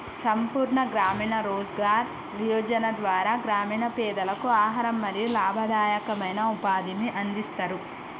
సంపూర్ణ గ్రామీణ రోజ్గార్ యోజన ద్వారా గ్రామీణ పేదలకు ఆహారం మరియు లాభదాయకమైన ఉపాధిని అందిస్తరు